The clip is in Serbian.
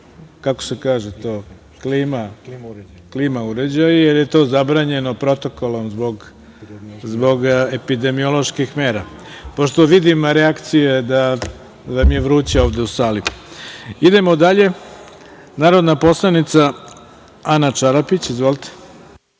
kako se kaže, klima uređaji jer je to zabranjeno protokolom zbog epidemioloških mera. Pošto vidim reakcije da vam je vruće ovde u sali. Idemo dalje, narodna poslanica Ana Čarapić. Izvolite.